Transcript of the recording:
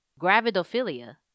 gravidophilia